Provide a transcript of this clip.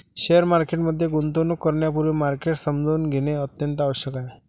share market मध्ये गुंतवणूक करण्यापूर्वी मार्केट समजून घेणे अत्यंत आवश्यक आहे